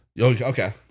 Okay